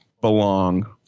Belong